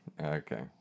Okay